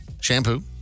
shampoo